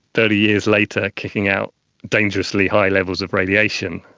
thirty years later, kicking out dangerously high levels of radiation,